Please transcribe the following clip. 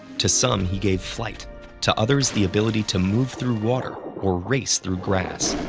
to some, he gave flight to others, the ability to move through water or race through grass.